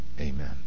amen